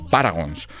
Paragons